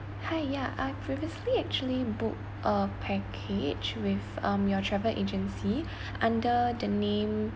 hi yeah I previously actually book a package with um your travel agency under the name